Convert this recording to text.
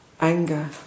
anger